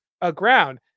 aground